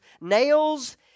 nails